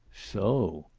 so!